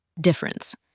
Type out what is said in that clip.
difference